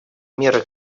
меры